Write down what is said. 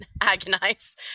agonize